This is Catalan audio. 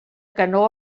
canó